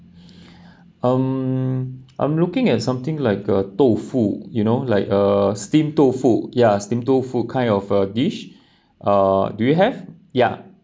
um I'm looking at something like a 豆腐 you know like a steamed 豆腐 ya steamed 豆腐 kind of a dish uh do you have ya